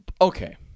Okay